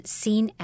seen